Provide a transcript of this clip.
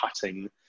cutting